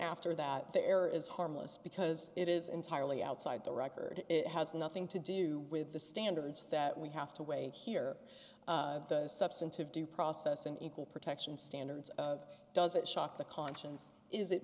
after that the error is harmless because it is entirely outside the record it has nothing to do with the standards that we have to weigh here the substantive due process and equal protection standards does it shock the conscience is it